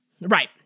Right